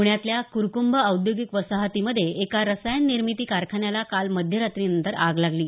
पुण्यातल्या कुरकुंभ औद्योगिक वसाहतीमधे एका रसायन निर्मिती कारखान्याला काल मध्यरात्रीनंतर आग लागली